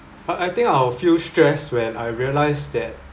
I I think I'll feel stressed when I realised that